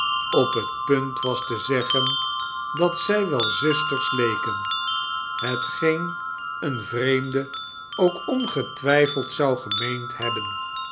op het punt was te zeggen dat zij wel zusters leken hetgeen een vreeoide ook ongetwijfeld zou gemeend hebben